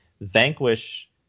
Vanquish